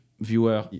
viewer